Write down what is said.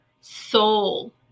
soul